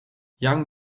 young